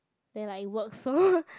then like it works so